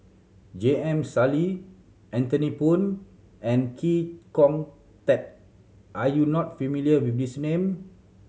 J M Sali Anthony Poon and Chee Kong Tet are you not familiar with these name